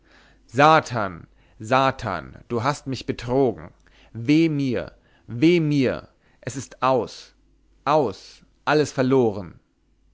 satan satan du hast mich betrogen weh mir weh mir es ist aus aus alles verloren